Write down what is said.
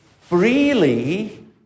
freely